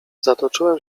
zatoczyłem